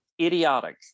idiotic